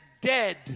dead